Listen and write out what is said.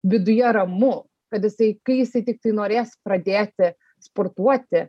viduje ramu kad jisai kai jisai tiktai norės pradėti sportuoti